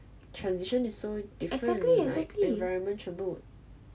transition is so different like environment 全部